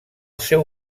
seu